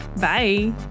Bye